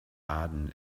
aden